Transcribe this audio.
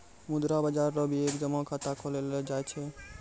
मुद्रा बाजार रो भी एक जमा खाता खोललो जाय छै